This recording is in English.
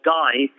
die